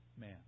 man